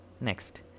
Next